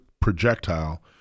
projectile